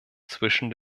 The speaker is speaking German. zwischen